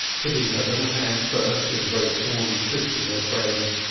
putting her little hand first in the great horny fist of her friend.